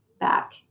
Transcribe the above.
back